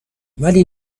ولی